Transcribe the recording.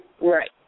Right